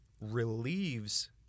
relieves